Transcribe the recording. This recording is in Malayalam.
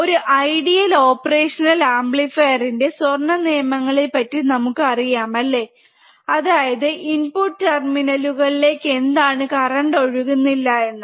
ഒരു ഐഡിയൽ ഓപ്പറേഷണൽ അമ്പ്ലിഫീർ ന്റെ സ്വർണ നിയമങ്ങളെ പറ്റി നമുക്ക് അറിയാം അല്ലെ അതായത് ഇൻപുട് ടെർമിനലുകളിലേക് എന്താണ് കറന്റ് ഒഴുകുന്നില്ല എന്ന്